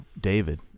David